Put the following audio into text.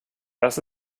das